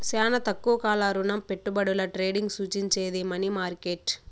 శానా తక్కువ కాల రుణపెట్టుబడుల ట్రేడింగ్ సూచించేది మనీ మార్కెట్